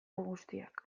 guztiak